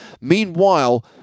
meanwhile